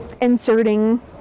Inserting